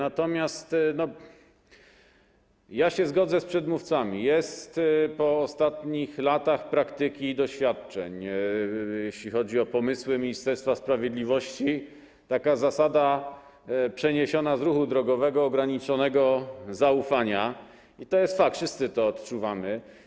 Ale zgodzę się z przedmówcami, że po ostatnich latach praktyki i doświadczeń, jeśli chodzi o pomysły Ministerstwa Sprawiedliwości, jest taka zasada przeniesiona z ruchu drogowego, zasada ograniczonego zaufania, i to jest fakt, wszyscy to odczuwamy.